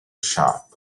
shaped